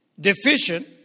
deficient